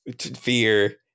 fear